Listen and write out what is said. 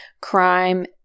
crime